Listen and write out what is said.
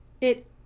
It-